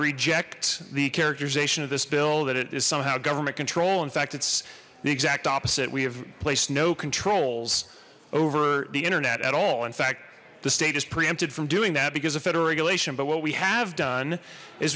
reject the characterization of this bill that it is somehow government control in fact it's the exact opposite we have placed no controls over the internet at all in fact the state is preempted from doing that because of federal regulation but what we have done